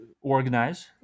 organize